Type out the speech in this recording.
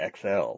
XL